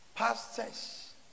pastors